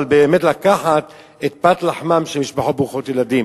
אבל באמת לקחת את פת לחמן של משפחות ברוכות ילדים.